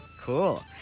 Cool